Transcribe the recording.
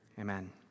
Amen